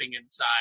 inside